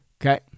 Okay